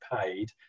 paid